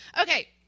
Okay